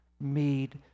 made